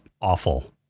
awful